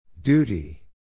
Duty